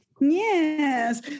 Yes